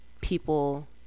people